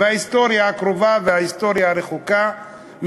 ההיסטוריה הקרובה וההיסטוריה הרחוקה,